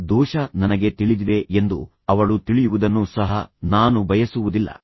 ಆ ದೋಷ ನನಗೆ ತಿಳಿದಿದೆ ಎಂದು ಅವಳು ತಿಳಿಯುವುದನ್ನು ಸಹ ನಾನು ಬಯಸುವುದಿಲ್ಲ